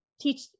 teach